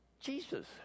jesus